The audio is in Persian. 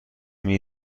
میگه